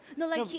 no, like,